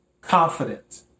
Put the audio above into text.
confident